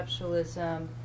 conceptualism